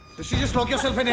just lock yourself and